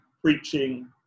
preaching